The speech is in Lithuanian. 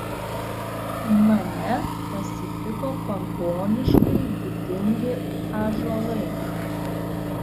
mane pasitiko pagoniškai didingi ąžuolai